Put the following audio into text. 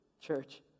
church